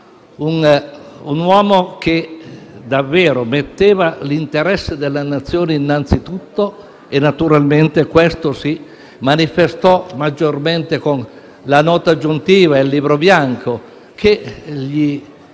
un uomo che davvero metteva l'interesse della Nazione innanzi a tutto e naturalmente ciò si manifestò soprattutto con la Nota aggiuntiva e il Libro bianco che gli